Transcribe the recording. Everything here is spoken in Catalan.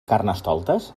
carnestoltes